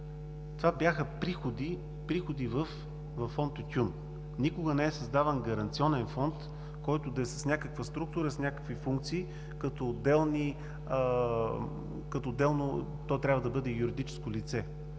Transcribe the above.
2% бяха приходи във Фонда. Никога не е създаван Гаранционен фонд, който да е с някаква структура, с някакви функции, като отделно трябва да бъде и юридическо лице.